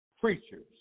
preachers